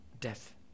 death